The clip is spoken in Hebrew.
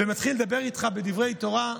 ומתחיל לדבר איתך בדברי תורה,